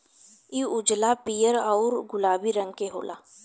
इ उजला, पीयर औरु गुलाबी रंग के होला